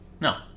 no